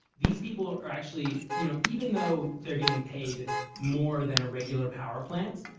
these people are actually, you know even though they're getting paid more than a regular power plant,